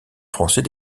français